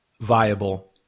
viable